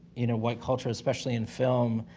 you know, what culture, especially in film,